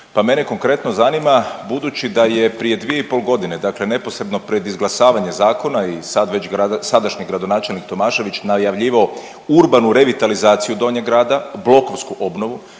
pa mene konkretno zanima budući da je prije dvije i pol godine, dakle neposredno pred izglasavanje zakona i sad veš sadašnji gradonačelnik Tomašević najavljivao urbanu revitalizaciju Donjeg grada, blokovsku obnovu.